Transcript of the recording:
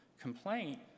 complaint